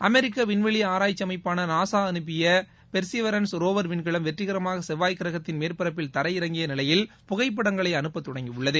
அமெரிக்க விண்வெளி ஆராய்ச்சி அமைப்பான நாசா அனுப்பிய பெர்சிவரன்ஸ் ரோவர் விண்கலம் வெற்றிகரமாக செவ்வாய் கிரகத்தின் மேற்பரப்பில் தரையிறங்கிய நிலையில் புகைப்படங்களை அனுப்ப தொடங்கியுள்ளது